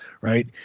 right